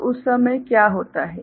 तो उस समय क्या होता है